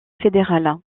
fédérale